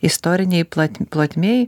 istorinėj plot plotmėj